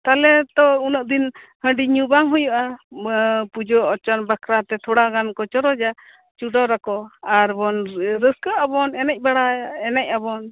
ᱛᱟᱞᱦᱮ ᱛᱚ ᱩᱱᱟᱹᱜ ᱫᱤᱱ ᱦᱟᱺᱰᱤ ᱧᱩ ᱵᱟᱝ ᱦᱩᱭᱩᱜᱼᱟ ᱯᱩᱡᱟᱹᱼᱟᱪᱟᱨ ᱵᱟᱠᱷᱨᱟ ᱛᱮ ᱛᱷᱚᱲᱟ ᱜᱟᱱ ᱠᱚ ᱪᱚᱨᱚᱡᱟ ᱪᱚᱰᱚᱨᱟᱠᱚ ᱟᱨ ᱵᱚᱱ ᱨᱟᱹᱥᱠᱟᱰᱜ ᱟᱵᱚᱱ ᱮᱱᱮᱡ ᱟᱵᱚᱱ ᱮᱱᱮᱡ ᱵᱟᱲᱟᱭᱟᱵᱚᱱ